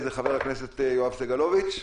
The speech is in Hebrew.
חבר הכנסת יואב סגלוביץ'.